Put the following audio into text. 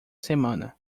semana